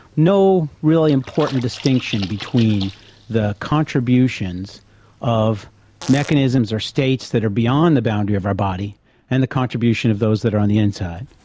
no really important distinction between the contributions of mechanisms or states that are beyond the boundary of our body and the contribution of those that are on the inside.